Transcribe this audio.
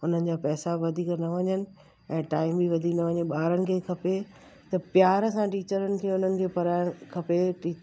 उन्हनि जा पैसा वधीक न वञनि ऐं टाइम बि वधीक न वञे ॿारनि खे खपे त प्यार सां टीचरुनि खे उन्हनि खे पढ़ाइण खपे टी